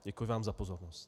Děkuji vám za pozornost.